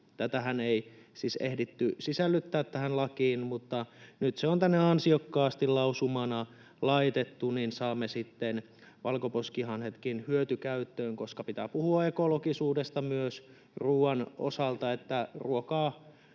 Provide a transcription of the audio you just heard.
Tätähän ei siis ehditty sisällyttää tähän lakiin, mutta nyt se on tänne ansiokkaasti lausumana laitettu, niin että saamme sitten valkoposkihanhetkin hyötykäyttöön, koska pitää puhua ekologisuudesta myös ruoan osalta, niin että